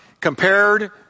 compared